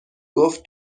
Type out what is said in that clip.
گفت